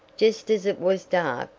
just as it was dark,